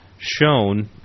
Shown